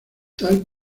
tal